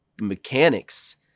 mechanics